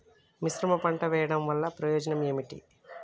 మిశ్రమ పంట వెయ్యడం వల్ల ప్రయోజనం ఏమిటి?